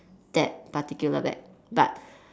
that particular bag but